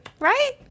Right